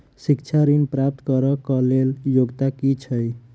शिक्षा ऋण प्राप्त करऽ कऽ लेल योग्यता की छई?